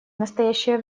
настоящее